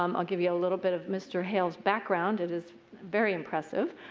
um i'll give you a little bit of mr. hale's background. it is very impressive.